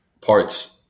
parts